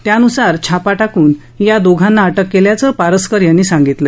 त्यानुसार छापा टाकून या दोघांना अटक केल्याचं पारसकर यांनी सांगितलं